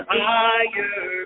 higher